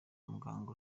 muganga